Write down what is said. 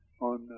On